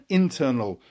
internal